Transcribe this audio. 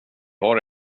har